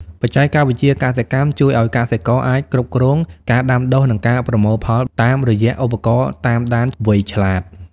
បច្ចេកវិទ្យាកសិកម្មជួយឱ្យកសិករអាចគ្រប់គ្រងការដាំដុះ និងការប្រមូលផលតាមរយៈឧបករណ៍តាមដានវៃឆ្លាត។